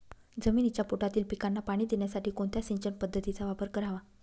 जमिनीच्या पोटातील पिकांना पाणी देण्यासाठी कोणत्या सिंचन पद्धतीचा वापर करावा?